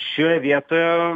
šioje vietoje